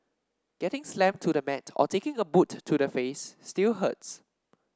getting slammed to the mat or taking a boot to the face still hurts